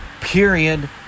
period